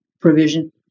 provision